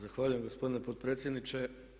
Zahvaljujem gospodine potpredsjedniče.